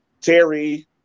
Terry